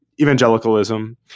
evangelicalism